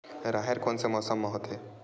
राहेर कोन से मौसम म होथे?